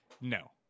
No